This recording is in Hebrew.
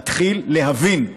מתחיל להבין,